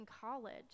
college